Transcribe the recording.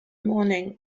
morning